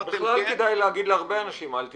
בכלל כדאי להגיד להרבה אנשים "אל תיקנו",